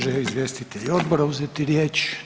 Želi li izvjestitelj odbora uzeti riječ?